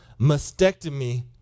mastectomy